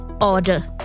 order